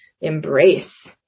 embrace